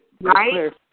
Right